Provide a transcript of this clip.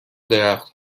درخت